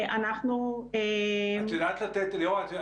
ליאורה,